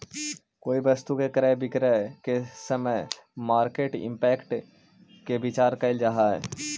कोई वस्तु के क्रय विक्रय के समय मार्केट इंपैक्ट के विचार कईल जा है